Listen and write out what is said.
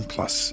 Plus